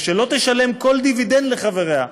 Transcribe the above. ושלא תשלם כל דיבידנד לחבריה.